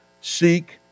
seek